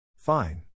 Fine